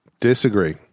Disagree